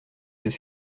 yeux